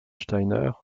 steiner